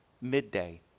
midday